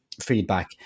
feedback